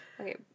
Okay